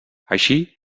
així